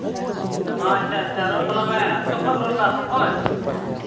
ᱟᱪᱪᱷᱟ ᱟᱪᱪᱷᱟ ᱨᱚᱲ ᱛᱟᱞᱟᱝ ᱢᱮ ᱚᱠᱟ ᱠᱷᱚᱱᱮᱢ ᱨᱚᱲᱫᱟ ᱟᱥᱟᱢ ᱠᱷᱚᱱ